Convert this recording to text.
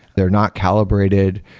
they're not calibrated.